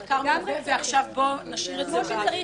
צריך מחקר מלווה ועכשיו בואו נשאיר את זה באוויר?